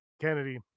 Kennedy